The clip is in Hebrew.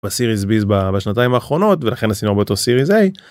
ב-series Bs ב... בשנתיים האחרונות ולכן עשינו הרבה יותר series A...